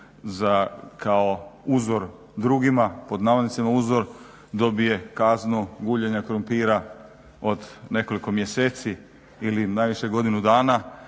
kao uzor drugima, pod navodnicima uzor, dobije kaznu guljenja krumpira od nekoliko mjeseci ili najviše godinu dana,